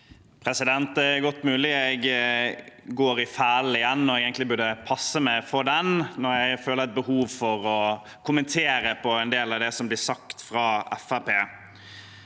Det er godt mulig jeg går i fella igjen når jeg egentlig burde passe meg for den, når jeg føler et behov for å kommentere på en del av det som blir sagt fra